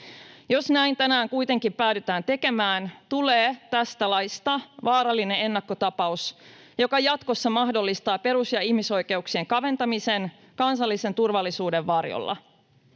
Jos näin tänään kuitenkin päädytään tekemään, tulee tästä laista vaarallinen ennakkotapaus, joka jatkossa mahdollistaa perus- ja ihmisoikeuksien kaventamisen kansallisen turvallisuuden varjolla.